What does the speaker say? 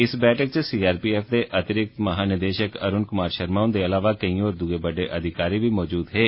इस बैठक च सी आर पी एफ दे अतिरिक्त महा निदेशक अरूण क्मार शर्मा हंदे अलावा कैई होर दुये अधिकारी बी मौजूद हे